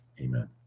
Amen